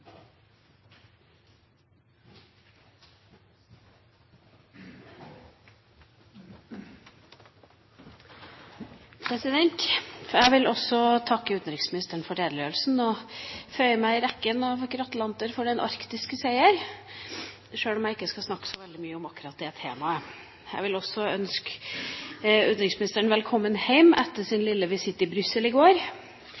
Jeg vil også takke utenriksministeren for redegjørelsen og føyer meg inn i rekken av gratulanter for den arktiske seier, sjøl om jeg ikke skal snakke så veldig mye om akkurat det temaet. Jeg vil også ønske utenriksministeren velkommen hjem etter sin